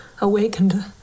awakened